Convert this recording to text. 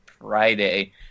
Friday